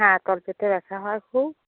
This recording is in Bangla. হ্যাঁ তলপেটে ব্যাথা হয় খুব